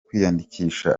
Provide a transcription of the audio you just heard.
kwiyandikisha